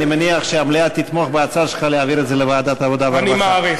אני מניח שהמליאה תתמוך בהצעה שלך להעביר את זה לוועדת העבודה והרווחה.